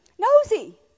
nosy